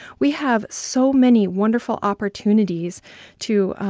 we have so many wonderful opportunities to,